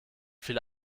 viele